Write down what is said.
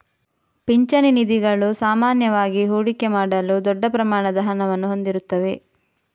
ಪಿಂಚಣಿ ನಿಧಿಗಳು ಸಾಮಾನ್ಯವಾಗಿ ಹೂಡಿಕೆ ಮಾಡಲು ದೊಡ್ಡ ಪ್ರಮಾಣದ ಹಣವನ್ನು ಹೊಂದಿರುತ್ತವೆ